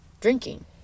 drinking